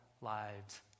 lives